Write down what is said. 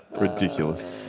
Ridiculous